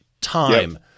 Time